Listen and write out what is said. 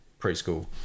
preschool